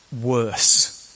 worse